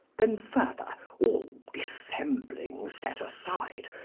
then further all dissembling set aside,